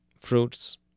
fruits